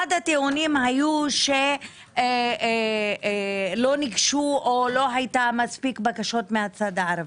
אחד הטיעונים היה שלא היו מספיק בקשות מהצד הערבי.